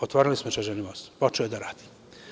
Otvorili smo Žeželjev most, počeo je da radi.